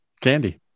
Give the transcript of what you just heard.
candy